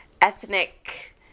ethnic